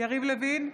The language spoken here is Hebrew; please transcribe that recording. יריב לוין,